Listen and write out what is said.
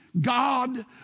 God